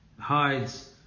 hides